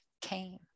came